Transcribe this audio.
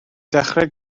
dechrau